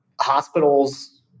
hospitals